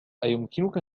أيمكنك